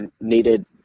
needed